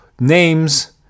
names